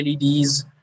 LEDs